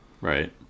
Right